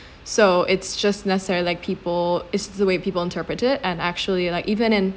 so it's just let's say like people it's the way people interpret it and actually like even in